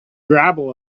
gravel